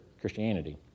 Christianity